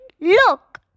Look